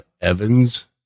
Evans